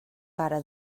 pare